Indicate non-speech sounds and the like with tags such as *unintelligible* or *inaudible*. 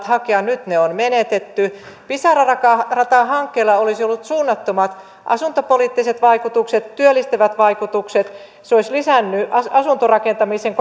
*unintelligible* hakea nyt ne on menetetty pisara ratahankkeella olisi ollut suunnattomat asuntopoliittiset vaikutukset työllistävät vaikutukset se olisi lisännyt asuntorakentamisen *unintelligible*